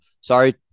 sorry